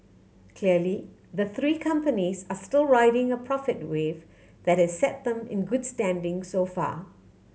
clearly the three companies are still riding a profit wave that has set them in good standing so far